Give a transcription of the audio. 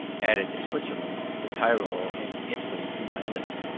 added switzerland, the tyrol, and italy to my list.